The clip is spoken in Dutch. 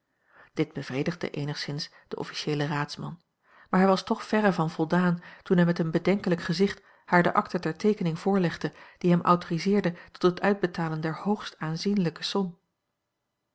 dit bevredigde eenigszins den officieelen raadsman maar hij was toch verre van voldaan toen hij met een bedenkelijk gezicht haar de akte ter teekening voorlegde die hem autoriseerde tot het uitbetalen der hoogst aanzienlijke som